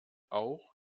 auch